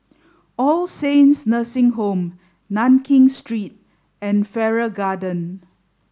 all Saints Nursing Home Nankin Street and Farrer Garden